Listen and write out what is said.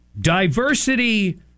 diversity